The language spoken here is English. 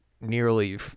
nearly